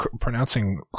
pronouncing